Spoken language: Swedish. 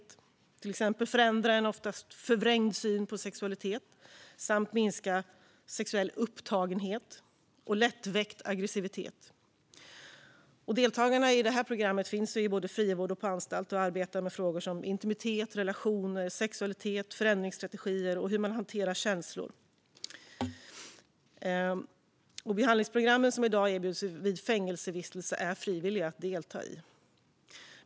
Det handlar till exempel om att förändra en oftast förvrängd syn på sexualitet samt minska sexuell upptagenhet och lättväckt aggressivitet. Deltagarna i detta program finns i både frivård och på anstalt. Man arbetar med frågor som handlar om intimitet, relationer, sexualitet, förändringsstrategier och hur man hanterar känslor. De behandlingsprogram som i dag erbjuds vid fängelsevistelse är frivilliga att delta i.